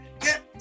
Get